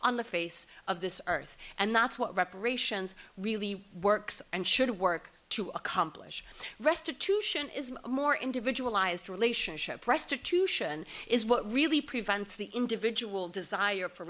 on the face of this earth and that's what reparations really works and should work to accomplish restitution is a more individualized relationship restitution is what really prevents the individual desire for